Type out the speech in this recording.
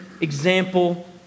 example